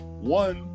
One